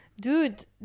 Dude